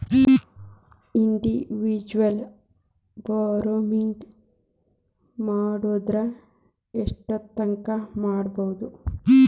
Individual borrowing ಮಾಡೊದಾರ ಯೆಷ್ಟರ್ತಂಕಾ ಮಾಡ್ಬೋದು?